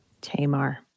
Tamar